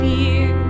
Fear